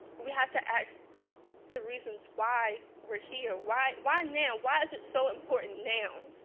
we have to ask the reasons why we're here, why why now, why is it so important now.